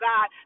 God